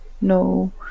no